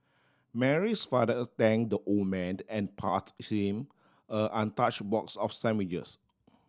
Mary's father thank the old man and passed him untouch box of sandwiches